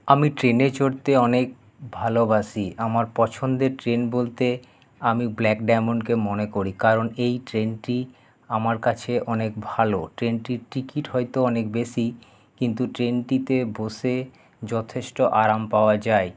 আমি ট্রেনে চড়তে অনেক ভালোবাসি আমার পছন্দের ট্রেন বলতে আমি ব্ল্যাক ডায়মন্ডকে মনে করি কারণ এই ট্রেনটি আমার কাছে অনেক ভালো ট্রেনটি টিকিট হত অনেক বেশি কিন্তু ট্রেনটিতে বসে যথেষ্ট আরাম পাওয়া যায়